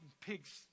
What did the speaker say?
pig's